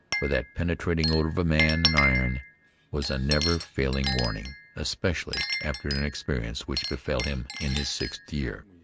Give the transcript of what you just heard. for that penetrating odor of man and iron was a never-failing warning, especially after an experience which befell him in his sixth year.